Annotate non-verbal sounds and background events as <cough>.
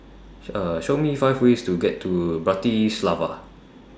<hesitation> Show Me five ways to get to Bratislava